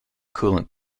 coolant